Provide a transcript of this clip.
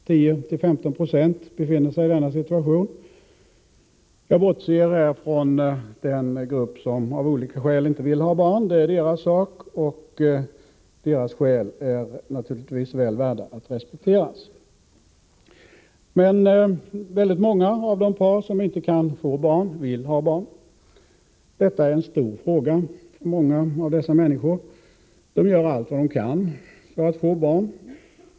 10-15 96 befinner sig i denna situation. Jag bortser från den grupp som av olika skäl inte vill ha barn. Det är deras sak, och deras skäl är naturligtvis väl värda att respekteras. Men väldigt många av de par som inte kan få barn vill ha barn. Detta är en stor fråga för många av dessa människor. De gör allt de kan för att få barn.